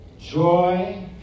joy